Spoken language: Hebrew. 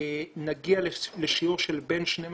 נגיע לשיעור של בין 12